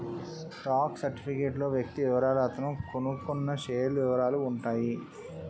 stock certificate లో వ్యక్తి వివరాలు అతను కొన్నకొన్న షేర్ల వివరాలు ఉంటాయి